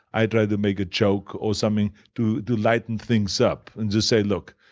i try to make a joke or something to to lighten things up and just say, look,